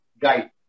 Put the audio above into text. guide